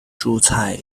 珍珠菜